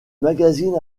magazine